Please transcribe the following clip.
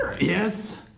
Yes